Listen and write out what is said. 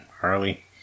Harley